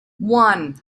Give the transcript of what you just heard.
one